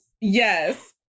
Yes